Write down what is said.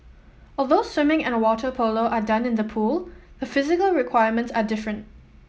although swimming and water polo are done in the pool the physical requirements are different